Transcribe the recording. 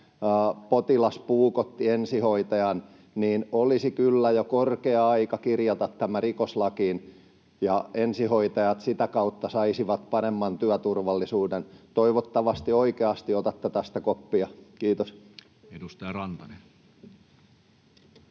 potilas puukotti ensihoitajaan. Olisi kyllä jo korkea aika kirjata tämä rikoslakiin, ja ensihoitajat sitä kautta saisivat paremman työturvallisuuden. Toivottavasti oikeasti otatte tästä koppia. — Kiitos. [Speech